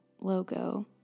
logo